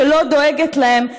שלא דואגת להם.